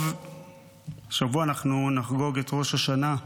השבוע אנחנו נחגוג את ראש השנה.